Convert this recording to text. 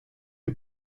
die